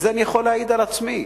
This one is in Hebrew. ואני יכול להעיד על עצמי.